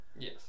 Yes